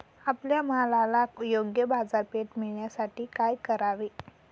आपल्या मालाला योग्य बाजारपेठ मिळण्यासाठी काय करावे?